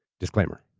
disclaimer.